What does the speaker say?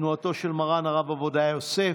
תנועתו של מרן הרב עובדיה יוסף,